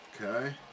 Okay